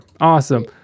Awesome